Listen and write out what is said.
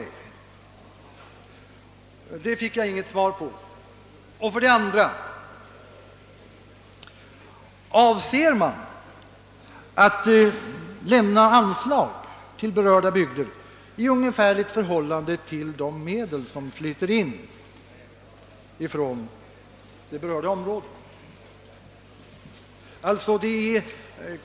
Vidare frågade jag om man avser att lämna anslag till berörda bygder i ungefärligt förhållande till de medel som flyter in från dem.